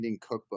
cookbook